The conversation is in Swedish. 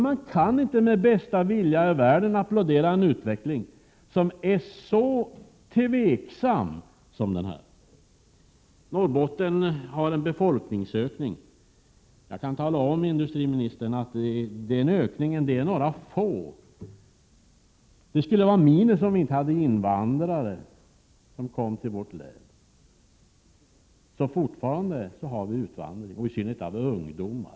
Man kan inte med bästa vilja i världen applådera en utveckling som är så tveksam. Norrbotten har fått en befolkningsökning. Jag kan tala om, herr industriminister, att den ökningen består av några få. Det skulle vara minus om vi inte hade invandrare som kom till vårt län. Fortfarande har vi utvandring, i synnerhet av ungdomar.